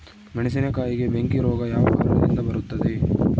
ಮೆಣಸಿನಕಾಯಿಗೆ ಬೆಂಕಿ ರೋಗ ಯಾವ ಕಾರಣದಿಂದ ಬರುತ್ತದೆ?